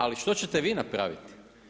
Ali što ćete vi napraviti?